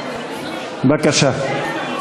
בבקשה.